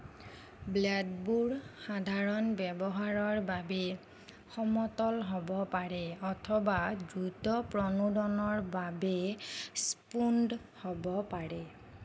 ব্লেডবোৰ সাধাৰণ ব্যৱহাৰৰ বাবে সমতল হব পাৰে অথবা দ্ৰুত প্ৰণোদনৰ বাবে স্পুনড্ হ'ব পাৰে